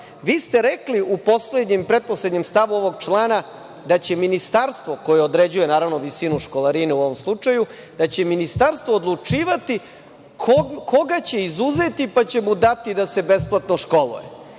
ste rekli u poslednjem i pretposlednjem stavu ovog člana da će ministarstvo koje određuje visinu školarine u ovom slučaju, da će ministarstvo odlučivati koga će izuzeti pa će mu dati da se besplatno školuje.